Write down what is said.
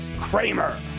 Kramer